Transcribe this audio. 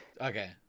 Okay